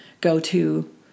go-to